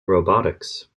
robotics